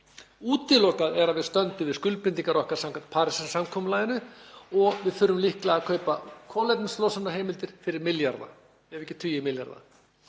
Útilokað er að við stöndum við skuldbindingar okkar samkvæmt Parísarsamkomulaginu og við þurfum líklega að kaupa kolefnislosunarheimildir fyrir milljarða, ef ekki tugi milljarða.